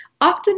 Octonaut